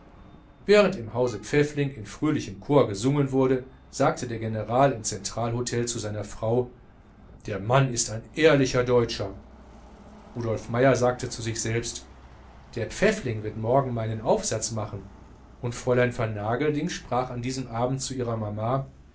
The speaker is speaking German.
während im haus pfäffling in fröhlichem chor gesungen wurde sagte der general im zentralhotel zu seiner familie der mann ist ein ehrlicher deutscher rudolf meier sagte zu sich selbst der pfäffling wird mir morgen meinen aufsatz machen und fräulein vernagelding sprach an diesem abend zu ihrer mama